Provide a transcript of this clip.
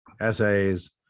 essays